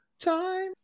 time